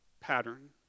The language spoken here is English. pattern